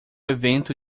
evento